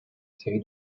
série